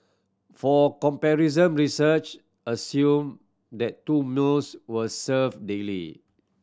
for comparison research assumed that two knows were served daily